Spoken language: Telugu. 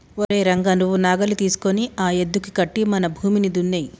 ఓరై రంగ నువ్వు నాగలి తీసుకొని ఆ యద్దుకి కట్టి మన భూమిని దున్నేయి